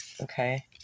okay